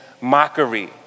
mockery